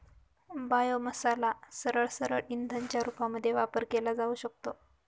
बायोमासला सरळसरळ इंधनाच्या रूपामध्ये वापर केला जाऊ शकतो